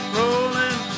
rolling